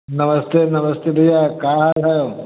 नमस्ते नमस्ते भैया क्या हाल है